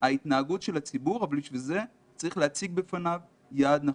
התנהגות הציבור אבל בשביל זה צריך להציג בפניו יעד נכון.